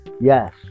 Yes